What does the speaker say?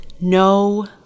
no